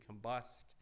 combust